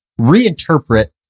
reinterpret